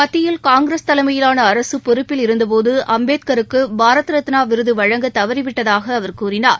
மத்தியில் காங்கிரஸ் தலைமையிலான அரசு பொறுப்பில் இருந்தபோது அம்பேத்கருக்கு பாரத ரத்னா விருது வழங்க தவறி விட்டதாக அவர் கூறினார்